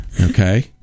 Okay